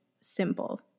simple